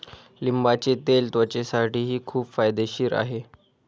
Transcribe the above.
लिंबाचे तेल त्वचेसाठीही खूप फायदेशीर आहे